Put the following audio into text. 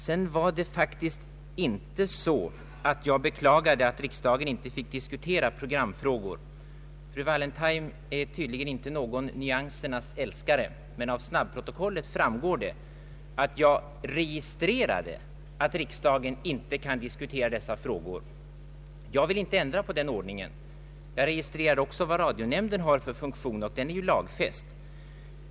Sedan var det inte på det sättet att jag beklagade att riksdagen inte fick diskutera programfrågor. Fru Wallentheim är tydligen inte någon nyansernas älskare, men av snabbprotokollet framgår att jag bara registrerade att riksdagen inte kan disktuera dessa frågor. Jag vill inte ändra på den ordningen. Jag registrerade också vad radionämnden har för funktion, och den är ju lagfäst.